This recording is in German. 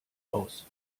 aus